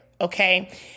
okay